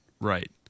right